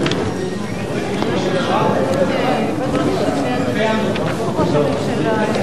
קבוצת סיעת קדימה של חברת הכנסת אורית זוארץ,